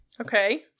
Okay